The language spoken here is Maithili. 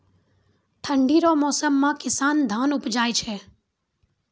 ठंढी रो मौसम मे किसान धान उपजाय छै